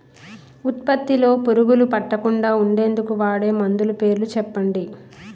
ఉత్పత్తి లొ పురుగులు పట్టకుండా ఉండేందుకు వాడే మందులు పేర్లు చెప్పండీ?